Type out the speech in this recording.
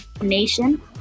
nation